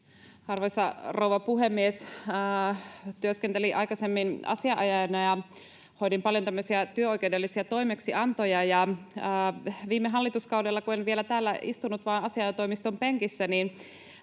Arvoisa rouva puhemies! Työskentelin aikaisemmin asianajajana ja hoidin paljon tämmöisiä työoikeudellisia toimeksiantoja. Viime hallituskaudella, kun en vielä täällä istunut vaan asianajotoimiston penkissä,